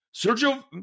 Sergio